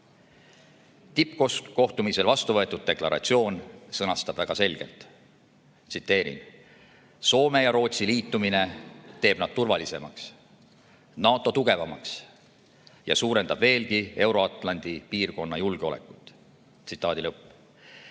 Tippkohtumisel vastu võetud deklaratsioon sõnastab väga selgelt (tsiteerin): "Soome ja Rootsi liitumine teeb nad turvalisemaks, NATO tugevamaks ja suurendab veelgi Euro-Atlandi piirkonna julgeolekut." Nii oleme